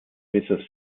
mrs